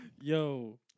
Yo